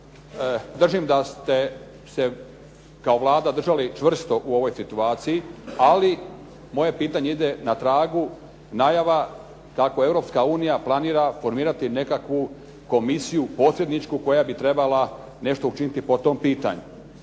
Držim da ste se kao Vlada držali čvrsto u ovoj situaciji, ali moje pitanje ide na tragu najava kako Europska unija planira formirati nekakvu komisiju posredničku koja bi trebala nešto učiniti po tom pitanju.